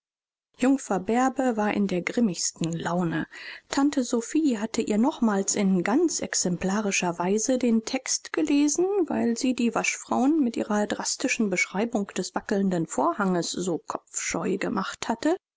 jungfer bärbe war in der grimmigsten laune tante sophie hatte ihr nochmals in ganz exemplarischer weise den text gelesen weil sie die waschfrauen mit ihrer drastischen beschreibung des wackelnden vorhanges so kopfscheu gemacht hatte